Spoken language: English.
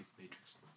matrix